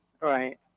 Right